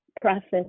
process